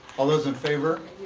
all those in favor?